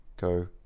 go